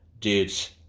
dudes